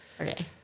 Okay